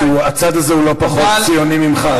הצד הזה הוא לא פחות ציוני ממך,